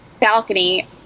balcony